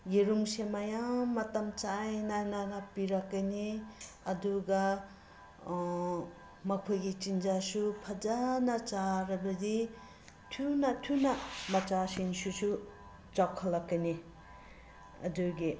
ꯌꯦꯔꯨꯝꯁꯦ ꯃꯌꯥꯝ ꯃꯇꯝ ꯆꯥꯡ ꯅꯥꯏ ꯅꯥꯏꯅ ꯄꯤꯔꯛꯀꯅꯤ ꯑꯗꯨꯒ ꯃꯈꯣꯏꯒꯤ ꯆꯤꯟꯖꯥꯛꯁꯨ ꯐꯖꯅ ꯆꯥꯔꯕꯗꯤ ꯊꯨꯅ ꯊꯨꯅ ꯃꯆꯥꯁꯤꯡꯁꯤꯁꯨ ꯆꯥꯎꯈꯠꯂꯛꯀꯅꯤ ꯑꯗꯨꯒꯤ